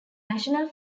national